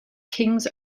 kings